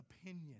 opinion